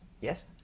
Yes